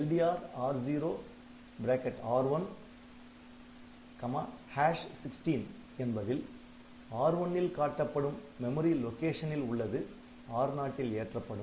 LDR R0R116 என்பதில் R1 ல் காட்டப்படும் மெமரி லொக்கேஷனில் உள்ளது R0 ல் ஏற்றப்படும்